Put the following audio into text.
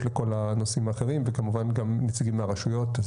לכל הנושאים האחרים וכמובן גם נציגים מהרשויות.